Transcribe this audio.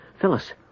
Phyllis